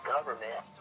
Government